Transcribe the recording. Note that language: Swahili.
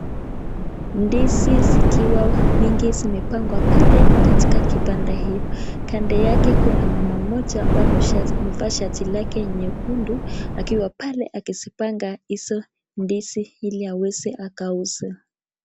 Ndizi zikiwa mingi zimepangwa pale katika kipanda hii kando yake kuna mama moja ambaye amevaa shati lake nyekundu akiwa pale akisipanga hizo ndizi hili aweze akauze.